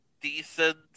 decent